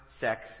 sex